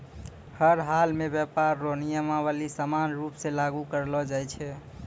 हर हालमे व्यापार रो नियमावली समान रूप से लागू करलो जाय छै